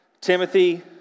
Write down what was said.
Timothy